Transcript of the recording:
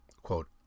quote